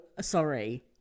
sorry